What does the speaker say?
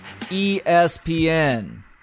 ESPN